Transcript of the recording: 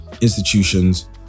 institutions